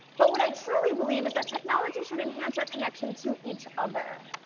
but what i truly believe is that technology should enhance our connection to each other